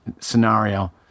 scenario